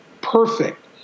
perfect